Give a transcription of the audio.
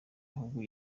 ahubwo